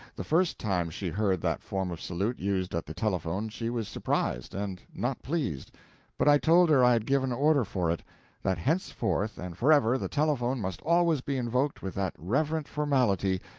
the first time she heard that form of salute used at the telephone she was surprised, and not pleased but i told her i had given order for it that henceforth and forever the telephone must always be invoked with that reverent formality,